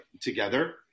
together